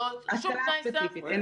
אין שום תנאי סף?